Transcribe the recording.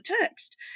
text